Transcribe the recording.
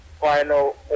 final